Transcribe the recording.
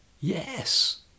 yes